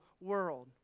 world